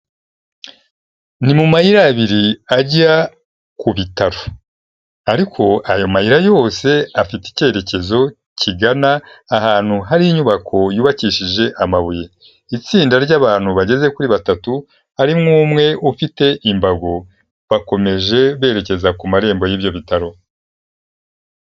Ni mu mayira abiri ajya ku bitaro ariko ayo mayira yose afite icyerekezo kigana ahantu hari inyubako yubakishije amabuye, itsinda ry'abantu bageze kuri batatu harimo umwe ufite imbago bakomeje berekeza ku marembo y'ibyo bitaro.